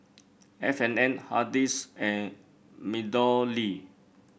F and N Hardy's and MeadowLea